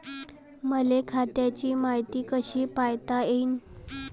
मले खात्याची मायती कशी पायता येईन?